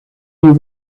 you